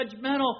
judgmental